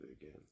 again